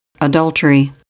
adultery